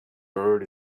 bird